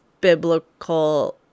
biblical